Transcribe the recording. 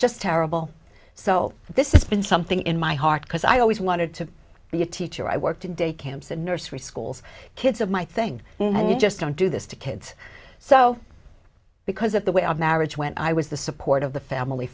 just terrible so this is been something in my heart because i always wanted to be a teacher i worked in day camps and nursery schools kids of my thing and i just don't do this to kids so because of the way our marriage went i was the support of the family